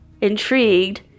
intrigued